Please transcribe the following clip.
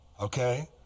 okay